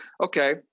okay